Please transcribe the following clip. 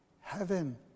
heaven